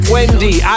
Wendy